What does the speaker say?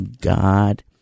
God